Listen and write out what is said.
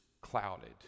clouded